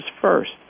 first